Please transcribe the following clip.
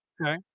okay